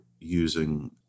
using